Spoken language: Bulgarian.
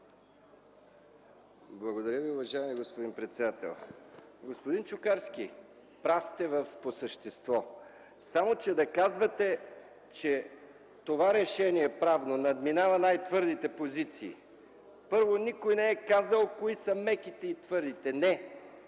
Благодаря Ви, уважаеми господин председател. Господин Чукарски, прав сте по същество, само че да казвате, че това правно решение надминава най-твърдите позиции, първо, никой не е казал кои са меките и твърдите. Член